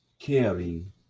Caring